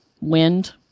wind